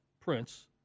Prince